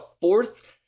fourth